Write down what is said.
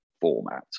format